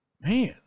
Man